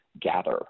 gather